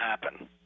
happen